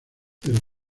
pero